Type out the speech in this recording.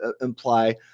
imply